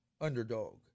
underdog